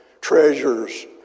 treasures